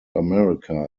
america